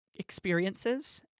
experiences